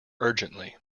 urgently